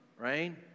right